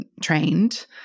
trained